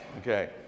Okay